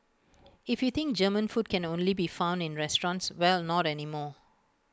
if you think German food can only be found in restaurants well not anymore